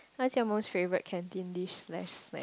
what's your most favourite canteen dish slash snack